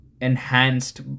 enhanced